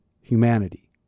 humanity